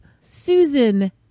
Susan